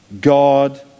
god